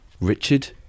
Richard